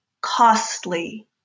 costly